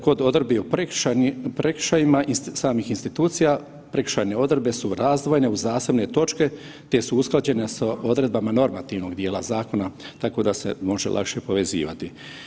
Kod odredbi o prekršajima samih institucija, prekršajne odredbe su razdvojene u zasebne točke, te su usklađene sa odredbama normativnog dijela zakona, tako da se može lakše povezivati.